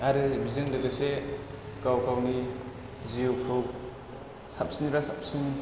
आरो बेजों लोगोसे गाव गावनि जिउखौ साबसिननिफ्राय साबसिन